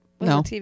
No